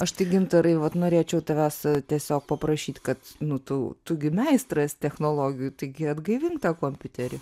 aš tai gintarai vat norėčiau tavęs tiesiog paprašyt kad nu tu tu gi meistras technologijų taigi atgaivink tą kompiuterį